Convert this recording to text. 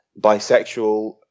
bisexual